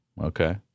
Okay